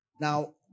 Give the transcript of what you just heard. Now